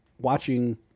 watching